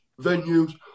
venues